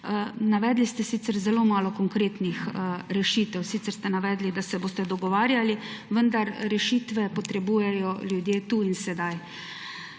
Navedli ste sicer zelo malo konkretnih rešitev. Sicer ste navedli, da se boste dogovarjali, vendar rešitve potrebujejo ljudje tudi sedaj.